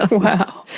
ah wow.